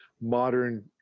modern